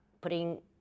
putting